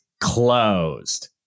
closed